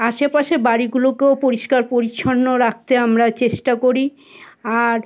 আশেপাশে বাড়িগুলোকেও পরিষ্কার পরিচ্ছন্ন রাখতে আমরা চেষ্টা করি আর